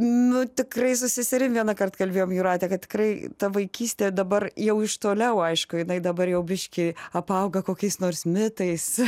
nu tikrai su seserim vienąkart kalbėjom jūrate kad tikrai ta vaikystė dabar jau iš toliau aišku jinai dabar jau biškį apauga kokiais nors mitais